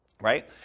Right